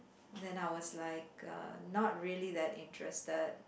then I was like uh not really that interested